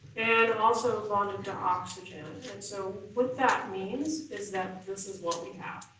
and also bonded to oxygen, and so what that means is that this is what we have.